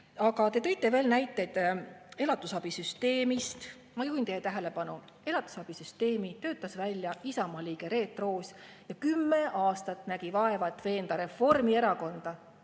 Aga te tõite veel näiteid elatisabisüsteemist. Ma juhin teie tähelepanu: elatisabisüsteemi töötas välja Isamaa liige Reet Roos ja nägi kümme aastat vaeva, et veenda Reformierakonda